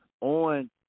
on